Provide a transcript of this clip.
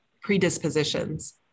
predispositions